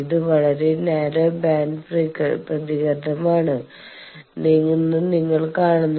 ഇത് വളരെ narrow band frequency പ്രതികരണമാണെന്ന് നിങ്ങൾ കാണുന്നു